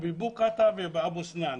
בבוקעתא ובאבו סנאן.